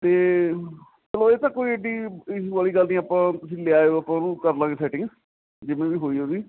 ਅਤੇ ਚਲੋ ਇਹ ਤਾਂ ਕੋਈ ਐਡੀ ਇਸੂ ਵਾਲੀ ਗੱਲ ਨਹੀਂ ਆਪਾਂ ਤੁਸੀਂ ਲਿਆਇਉ ਆਪਾਂ ਉਹਨੂੰ ਕਰ ਲਵਾਂਗੇ ਸੈਟਿੰਗ ਜਿਵੇਂ ਵੀ ਹੋਈ ਉਹਦੀ